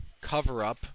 cover-up